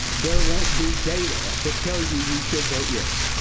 there won't be data that tells you, you should vote yes.